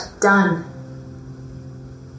done